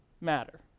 matter